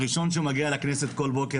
הראשון שמגיע לכנסת כל בוקר,